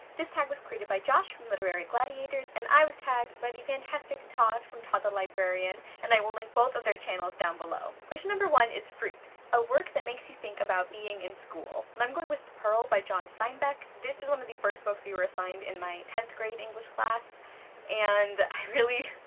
this tag was created by josh from literary gladiators and i was tagged by the fantastic todd from todd the librarian, and i will link both of their channels down below. question one is fruit a work that makes you think about being in school. and i am going with the pearl by john steinbeck. this is one of the first books we were assigned in my tenth grade english class and i really,